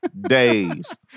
days